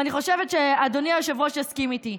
ואני חושבת שאדוני היושב-ראש יסכים איתי.